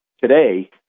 Today